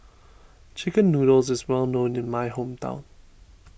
Chicken Noodles is well known in my hometown